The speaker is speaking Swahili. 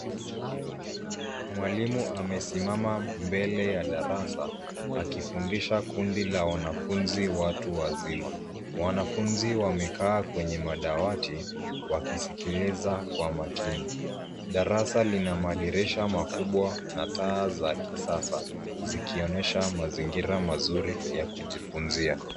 Mwalimu amesimama mbele ya darasa akifundisha kundi la wanafunzi watu wazima. Wanafunzi wamekaa kwenye madawati wakisikiliza kwa makini. Darasa lina madirisha makubwa na taa za kisasa zikionyesha mazingira mazuri ya kujifunzia.